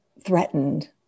threatened